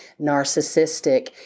narcissistic